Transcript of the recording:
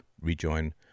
rejoin